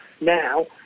now